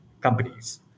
companies